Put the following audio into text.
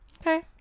Okay